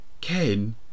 Ken